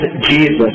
Jesus